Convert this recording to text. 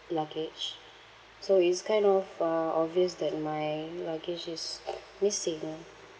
luggage so is kind of uh obvious that my luggage is missing